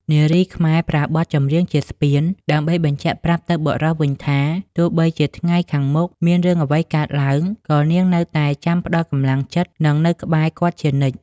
នារីខ្មែរប្រើបទចម្រៀងជាស្ពានដើម្បីបញ្ជាក់ប្រាប់ទៅបុរសវិញថា ទោះបីជាថ្ងៃខាងមុខមានរឿងអ្វីកើតឡើង ក៏នាងនៅតែចាំផ្ដល់កម្លាំងចិត្ត និងនៅក្បែរគាត់ជានិច្ច។